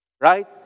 Right